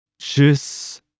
Tschüss